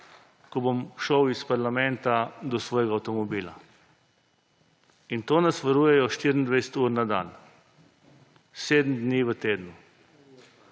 ko bom šel iz parlamenta do svojega avtomobila. In nas varujejo 24 ur na dan, 7 dni v tednu.